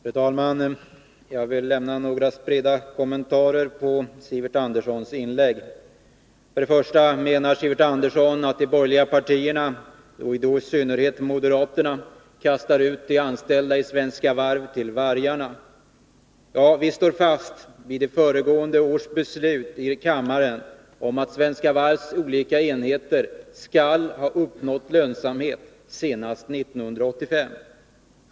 Fru talman! Jag vill göra några spridda kommentarer till Sivert Anderssons inlägg. Sivert Andersson menar att de borgerliga partierna, i synnerhet moderaterna, kastar ut de anställda i Svenska Varv till vargarna. Ja, vi står fast vid föregående års beslut i kammaren om att Svenska Varvs olika enheter skall ha uppnått lönsamhet senast 1985.